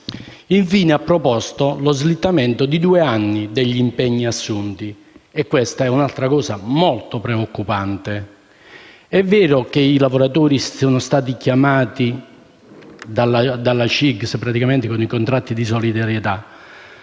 Infine, ha proposto lo slittamento di due anni degli impegni assunti e questa è un'altra cosa molto preoccupante. È vero che i lavoratori sono stati chiamati dalla CIGS con i contratti di solidarietà,